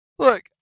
Look